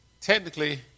technically